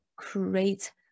create